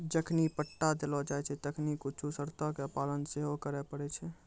जखनि पट्टा देलो जाय छै तखनि कुछु शर्तो के पालन सेहो करै पड़ै छै